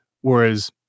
whereas